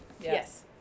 Yes